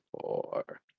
four